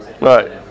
Right